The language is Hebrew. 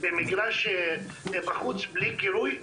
במגרש בחוץ, בלי קירוי,